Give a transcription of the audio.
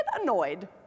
annoyed